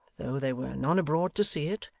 though there were none abroad to see it,